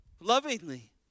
Lovingly